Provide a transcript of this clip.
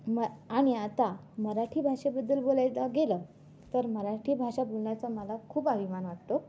म आणि आता मराठी भाषेबद्दल बोलायला गेलं तर मराठी भाषा बोलण्याचा मला खूप अभिमान वाटतो